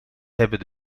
hebben